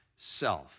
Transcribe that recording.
self